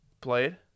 played